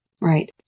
right